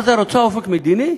עזה רוצה אופק מדיני?